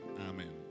amen